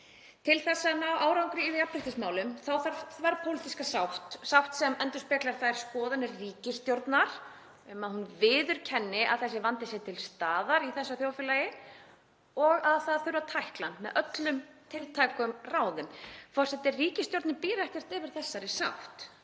Til þess að ná árangri í jafnréttismálum þarf þverpólitíska sátt sem endurspeglar þær skoðanir ríkisstjórnar að hún viðurkenni að þessi vandi sé til staðar í þessu þjóðfélagi og að það þurfi að tækla hann með öllum tiltækum ráðum. Forseti. Ríkisstjórnin býr ekki yfir þessari sátt.